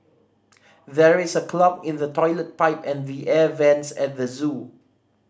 there is a clog in the toilet pipe and the air vents at the zoo